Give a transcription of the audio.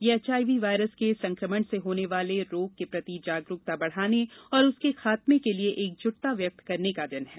यह एचआईवी वायरस के संक्रमण से होने वाले रोग के प्रति जागरूकता बढाने और उसके खातमे के लिये एकजुटता व्यक्त करने का दिन है